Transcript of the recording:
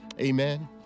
Amen